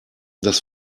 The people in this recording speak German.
das